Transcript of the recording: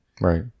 Right